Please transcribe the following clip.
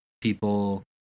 people